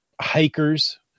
hikers